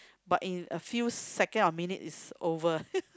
but in a few second of minute it's over